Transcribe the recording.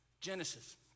Genesis